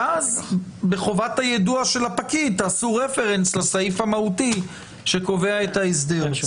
ואז בחובת היידוע של הפקיד תעשו רפרנס לסעיף המהותי שקובע את ההסדר.